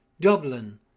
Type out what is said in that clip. Dublin